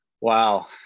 Wow